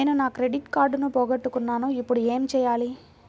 నేను నా క్రెడిట్ కార్డును పోగొట్టుకున్నాను ఇపుడు ఏం చేయాలి?